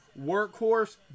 workhorse